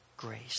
grace